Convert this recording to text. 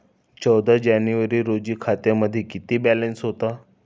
चौदा जानेवारी रोजी खात्यामध्ये किती बॅलन्स होता?